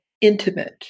intimate